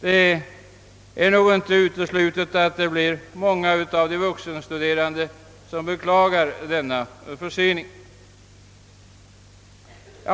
Det är inte uteslutet att många av de vuxenstuderande kommer att beklaga denna försening.